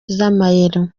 z’amayero